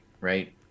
right